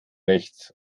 rechts